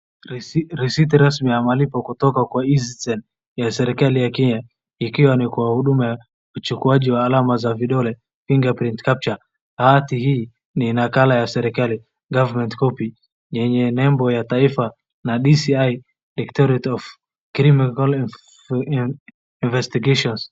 Risiti rasmi ya malipo kutoka kwa e-citizen ya serikali ya Kenya, ikiwa ni kwa huduma ya uchukuaji wa alama za vidole fingure print capture bahati hii ni nakala ya serikali government copy yenye nembo ya taifa na DCI, Directorate of criminal investigation .